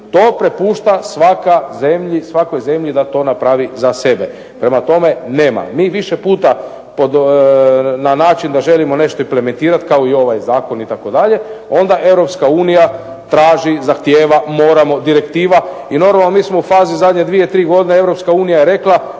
To prepušta svakoj zemlji da to napravi za sebe. Prema tome, nema. Mi više puta na način da nešto želimo implementirati kao ovaj zakon itd. onda EU traži, zahtjeva, moramo, direktiva, i normalno mi smo u fazi dvije, tri godine EU je rekla